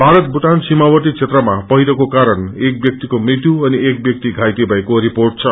भारत भूटान सीामावर्ती क्षेत्रमा पहिरोको कारण एक व्याक्तिको मृत्यु अनि एक व्याक्ति घाइते भएको रिपोेअ छ